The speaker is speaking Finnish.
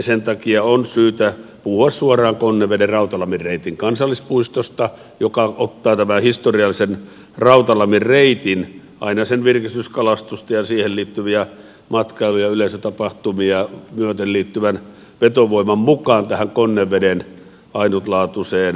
sen takia on syytä puhua suoraan konneveden rautalammin reitin kansallispuistosta joka ottaa tähän historialliseen rautalammin reittiin aina sen virkistyskalastusta ja siihen liittyviä matkailu ja yleisötapahtumia myöten liittyvän vetovoiman mukaan tähän konneveden ainutlaatuiseen kokonaisuuteen